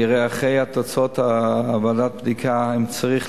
אחרי תוצאות ועדת הבדיקה אני אראה אם צריך